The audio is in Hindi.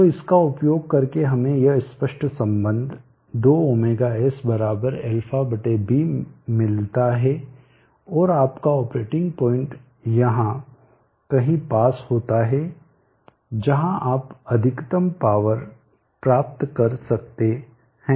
तो इसका उपयोग करके हमें यह स्पष्ट संबंध 2ωs αβ मिलता है और आपका ऑपरेटिंग पॉइंट यहां कहीं पास होता है जहां आप अधिकतम पावर प्राप्त कर सकते हैं